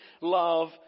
love